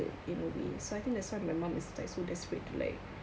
a movie so I think that's why my mum is like so desperate leh